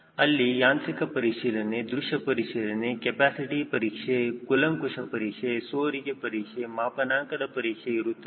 ಅಲ್ಲಿ ಯಾಂತ್ರಿಕ ಪರಿಶೀಲನೆ ದೃಶ್ಯ ಪರಿಶೀಲನೆ ಕೆಪ್ಯಾಸಿಟಿ ಪರೀಕ್ಷೆ ಕುಲಂಕುಶ ಪರೀಕ್ಷೆ ಸೋರಿಕೆ ಪರೀಕ್ಷೆ ಮಾಪನಾಂಕ ದ ಪರೀಕ್ಷೆ ಇರುತ್ತದೆ